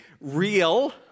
Real